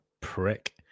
prick